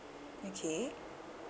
okay